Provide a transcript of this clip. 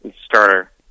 Starter